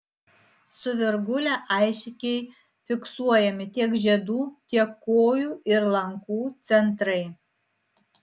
su virgule aiškiai fiksuojami tiek žiedų tiek kojų ir lankų centrai